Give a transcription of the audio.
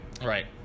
right